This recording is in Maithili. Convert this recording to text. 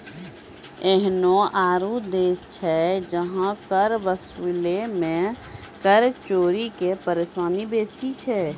एहनो आरु देश छै जहां कर वसूलै मे कर चोरी के परेशानी बेसी छै